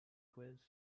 quiz